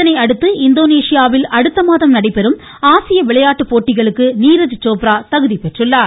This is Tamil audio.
இதனையடுத்து இந்தோனேஷியாவில் அடுத்த மாதம் நடைபெறும் ஆசிய விளையாட்டு போட்டிகளுக்கு நீரஜ் சோப்ரா தகுதி பெற்றுள்ளார்